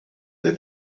did